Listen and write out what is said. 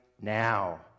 now